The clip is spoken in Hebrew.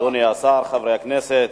אדוני השר, חברי הכנסת,